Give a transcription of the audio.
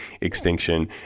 extinction